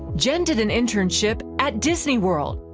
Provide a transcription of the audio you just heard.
jen did an internship at disney world.